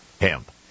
Hemp